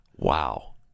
Wow